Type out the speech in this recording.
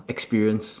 experience